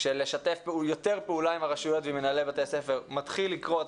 של לשתף יותר פעולה עם הרשויות ועם מנהלי בתי הספר מתחיל לקרות,